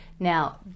Now